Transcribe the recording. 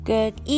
Good